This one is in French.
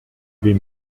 des